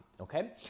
Okay